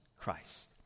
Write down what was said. Christ